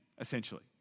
essentially